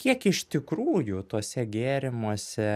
kiek iš tikrųjų tuose gėrimuose